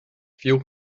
fuel